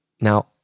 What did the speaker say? Now